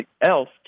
else